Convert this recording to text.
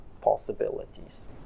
possibilities